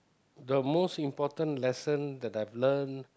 the most important lesson that I've learn